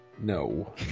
No